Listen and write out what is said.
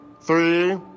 Three